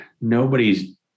nobody's